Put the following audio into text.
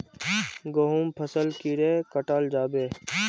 गहुम फसल कीड़े कटाल जाबे?